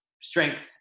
strength